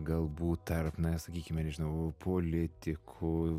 galbūt tarp na sakykime nežinau politikų